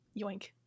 Yoink